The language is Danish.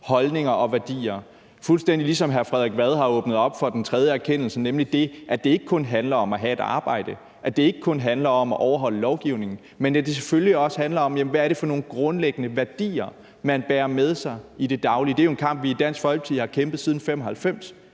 holdninger og værdier, fuldstændig ligesom hr. Frederik Vad har åbnet op for den tredje erkendelse, nemlig at det ikke kun handler om at have et arbejde, at det ikke kun handler om at overholde lovgivningen, men at det selvfølgelig også handler om, hvad det er for nogle grundlæggende værdier, man bærer med sig i det daglige. Det er jo en kamp, vi i Dansk Folkeparti har kæmpet siden 1995,